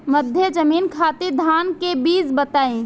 मध्य जमीन खातिर धान के बीज बताई?